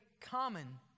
common